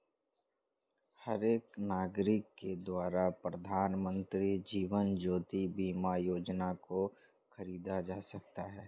हर एक नागरिक के द्वारा प्रधानमन्त्री जीवन ज्योति बीमा योजना को खरीदा जा सकता है